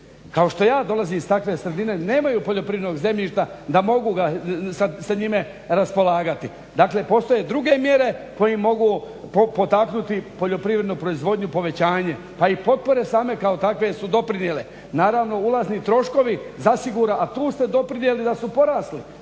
kao što ja dolazim iz takve sredine, nemaju poljoprivrednog zemljišta da mogu sa njime raspolagati. Dakle postoje druge mjere koje mogu potaknuti poljoprivrednu proizvodnju, povećanje pa i potpore same kao takve su doprinijele. Naravno ulazni troškovi zasigurno, a tu ste doprinijeli da su porasli,